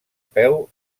peu